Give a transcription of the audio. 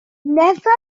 never